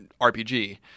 RPG